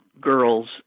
girls